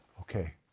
okay